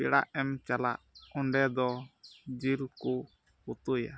ᱯᱮᱲᱟᱜ ᱮᱢ ᱪᱟᱞᱟᱜ ᱚᱸᱰᱮ ᱫᱚ ᱡᱤᱞ ᱠᱚ ᱩᱛᱩᱭᱟ